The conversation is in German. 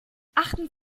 achten